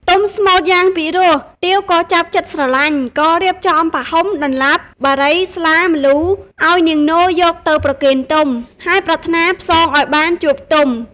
ទុំស្មូត្រយ៉ាងពិរោះទាវក៏ចាប់ចិត្តស្រឡាញ់ ក៏រៀបចំផាហ៊ុម ដន្លាប់ បារី ស្លា ម្លូឲ្យនាងនោយកទៅប្រគេនទុំ ហើយប្រាថ្នាផ្សងឲ្យបានជួបទុំ។